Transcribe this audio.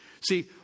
See